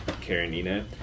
Karenina